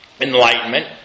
enlightenment